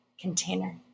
container